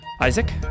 Isaac